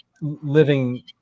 living